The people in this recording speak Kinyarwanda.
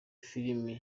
film